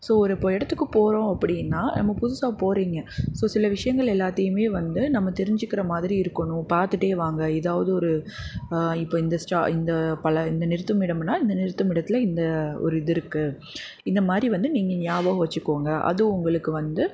so ஒரு ப இடத்துக்கு போகிறோம் அப்படின்னா நம்ம புதுசாக போகிறிங்க ஸோ சில விஷயங்கள் எல்லாத்தியுமே வந்து நம்ம தெருஞ்சுக்கிற மாதிரி இருக்கணும் பார்த்துட்டே வாங்க ஏதாவது ஒரு இப்போ இந்த ஸ்டா இந்த பல இந்த நிறுத்துமிடம்னால் இந்த நிறுத்துமிடத்தில் இந்த ஒரு இது இருக்குது இந்த மாதிரி வந்து நீங்கள் நியாபகம் வச்சுக்கோங்கள் அது உங்களுக்கு வந்து